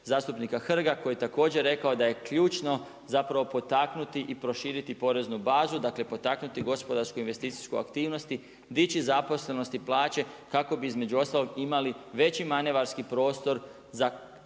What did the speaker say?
zastupnika Hrga koji je također rekao da je ključno zapravo potaknuti i proširiti poreznu bazu, dakle potaknuti gospodarsku investicijsku aktivnost, dići zaposlenost i plaće kako bi između ostalog imali veći manevarski prostor za efikasniju,